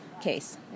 case